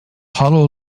hollow